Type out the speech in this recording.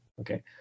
okay